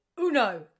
uno